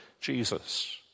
Jesus